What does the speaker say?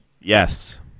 Yes